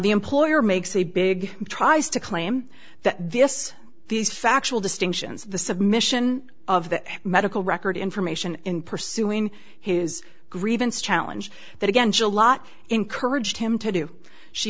the employer makes a big tries to claim that this these factual distinctions of the submission of the medical record information in pursuing his grievance challenge that against a lot encouraged him to do she